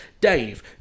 Dave